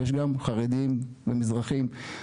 יש גם חרדים ומזרחיים.